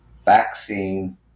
vaccine